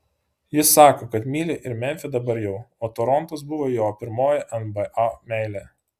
jis sako kad myli ir memfį dabar jau o torontas buvo jo pirmoji nba meilė